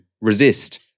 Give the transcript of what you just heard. resist